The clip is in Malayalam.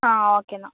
ആ ഓക്കെ എന്നാൽ